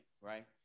Right